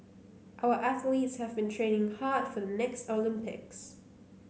our athletes have been training hard for the next Olympics